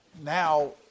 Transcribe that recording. now